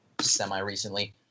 semi-recently